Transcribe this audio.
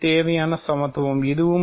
இது தேவையான சமத்துவம் இதுவும்